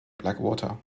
blackwater